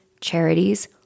charities